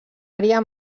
àrea